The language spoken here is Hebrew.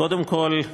קודם כול,